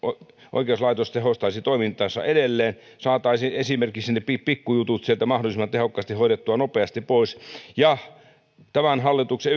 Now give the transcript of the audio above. oikeuslaitos tehostaisi toimintaansa edelleen saataisiin esimerkiksi ne pikku jutut hoidettua sieltä mahdollisimman tehokkaasti ja nopeasti pois tämän hallituksen